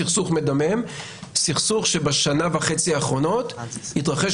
סכסוך מדמם הוא סכסוך שבשנה וחצי האחרונות התרחש